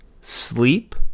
sleep